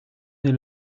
nés